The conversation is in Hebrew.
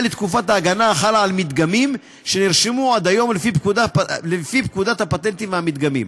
בתקופת ההגנה החלה על מדגמים שנרשמו עד היום לפי פקודת הפטנטים והמדגמים.